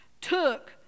took